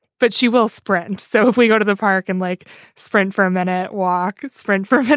but she will spread and so if we go to the park and like sprint for a minute, walk, sprint for